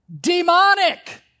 Demonic